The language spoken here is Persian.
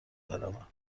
بروم